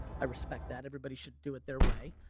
i respect that, everybody should do it their way.